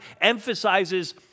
emphasizes